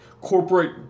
corporate